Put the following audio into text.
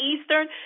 eastern